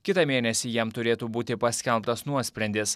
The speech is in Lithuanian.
kitą mėnesį jam turėtų būti paskelbtas nuosprendis